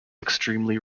extremely